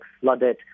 flooded